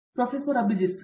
professor Abhijit P